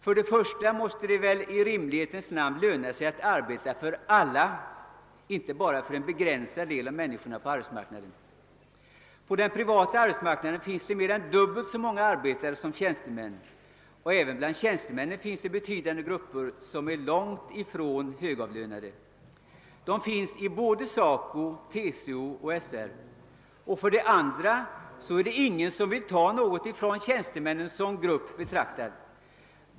För det första måste det i rimlighetens namn löna sig att arbeta för alla på arbetsmarknaden, inte bara för en begränsad grupp av människor. På den privata arbetsmarknaden finns det mer än dubbelt så många arbetare som tjänstemän, och även bland tjänstemännen finns det betydande grupper som är långt ifrån högavlönade. De återfinns inom såväl SACO, TCO som SR. För det andra vill ingen ta något från tjänstemännen som grupp betraktad.